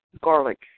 garlic